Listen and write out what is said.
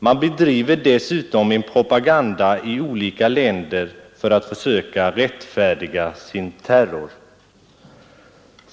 Man bedriver dessutom en propaganda i olika länder för att försöka rättfärdiga sin terror.